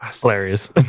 Hilarious